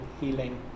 Healing